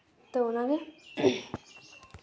ᱛᱚ ᱚᱱᱟᱜᱮ